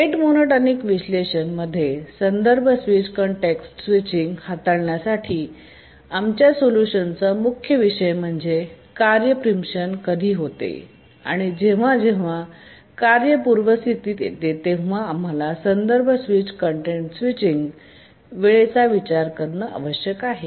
rate monotonic विश्लेषण मध्ये संदर्भ स्विच कॅन्टेक्सट स्विचिंगहाताळण्यासाठी आमच्या सोल्यूशनचा मुख्य विषय म्हणजे कार्य प्रीमप्शन कधी होते आणि जेव्हा जेव्हा कार्य पूर्व स्थिती येते तेव्हा आम्हाला संदर्भ स्विच कॅन्टेक्सट स्विचिंग वेळेचा विचार करणे आवश्यक आहे